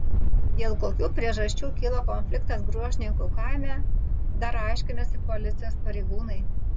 dėl kokių priežasčių kilo konfliktas gruožninkų kaime dar aiškinasi policijos pareigūnai